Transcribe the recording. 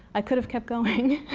i could've kept going.